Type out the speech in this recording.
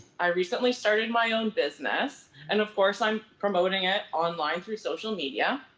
i recently started my own business and of course, i'm promoting it online through social media.